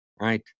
Right